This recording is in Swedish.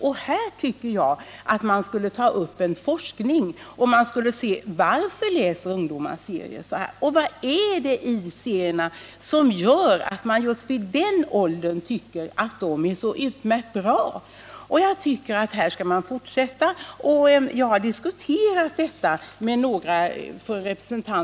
Jag tycker det skulle tas upp en forskning så att vi får reda på varför ungdomar läser serier och vad det är i serierna som gör att ungdomar i en viss ålder tycker serierna är så bra. Jag har diskuterat detta med med många.